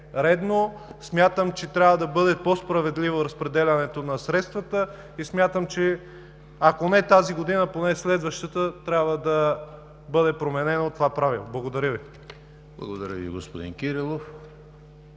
смятам, че трябва да бъде по-справедливо разпределянето на средствата и смятам, че ако не тази година, поне следващата трябва да бъде променено това правило. Благодаря Ви. ПРЕДСЕДАТЕЛ ЕМИЛ ХРИСТОВ: Благодаря Ви, господин Кирилов.